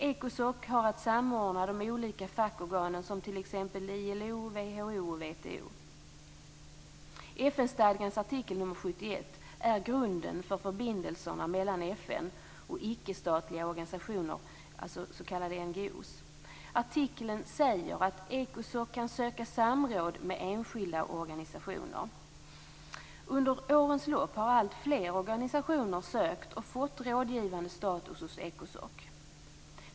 Ecosoc har att samordna de olika fackorganen som t.ex. ILO, WHO och WTO. FN-stadgans artikel nr 71 är grunden för förbindelserna mellan FN och icke-statliga organisationer, s.k. NGO. I artikeln anförs att Ecosoc kan söka samråd med enskilda organisationer. Under årens lopp har alltfler organisationer sökt och fått rådgivande status hos Ecosoc.